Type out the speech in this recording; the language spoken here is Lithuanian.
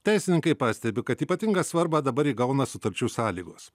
teisininkai pastebi kad ypatingą svarbą dabar įgauna sutarčių sąlygos